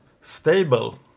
stable